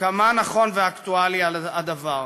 כמה נכון ואקטואלי הדבר.